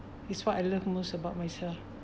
is what I love most about myself